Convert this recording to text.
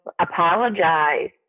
apologize